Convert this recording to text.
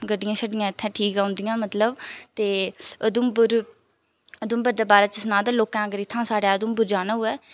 गड्डियां छड्डियां इ'त्थें ठीक औंदियां मतलब ते उधमपुर उधमपुर दे बारै च सनांऽ ते लोकें अगर इ'त्थां साढ़ेआ उधमपुर जाना होऐ